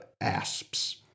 asps